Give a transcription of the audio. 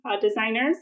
designers